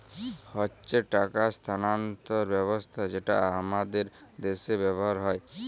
হচ্যে টাকা স্থানান্তর ব্যবস্থা যেটা হামাদের দ্যাশে ব্যবহার হ্যয়